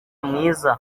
mwiza